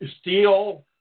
steel